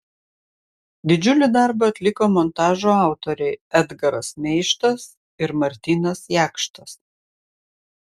didžiulį darbą atliko montažo autoriai edgaras meištas ir martynas jakštas